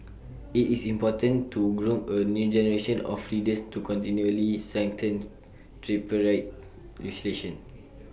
IT is important to groom A new generation of leaders to continually strengthen tripartite relationships